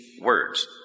words